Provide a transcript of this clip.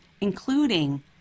including